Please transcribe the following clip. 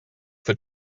for